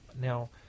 Now